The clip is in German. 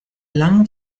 lang